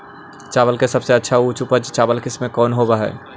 चावल के सबसे अच्छा उच्च उपज चावल किस्म कौन होव हई?